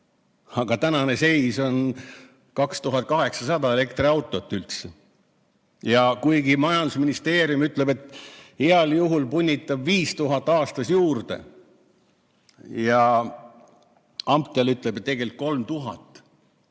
Aga tänane seis on 2800 elektriautot üldse. Ja kuigi majandusministeerium ütleb, et heal juhul punnitab 5000 aastas juurde, ütleb AMTEL, et tegelikult 3000.